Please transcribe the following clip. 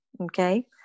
Okay